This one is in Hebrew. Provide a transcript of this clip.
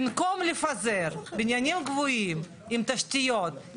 במקום לפזר בניינים גבוהים עם תשתיות,